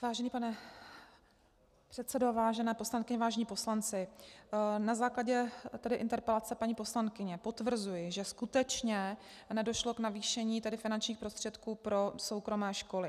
Vážený pane předsedo, vážené poslankyně, vážení poslanci, na základě interpelace paní poslankyně potvrzuji, že skutečně nedošlo k navýšení finančních prostředků pro soukromé školy.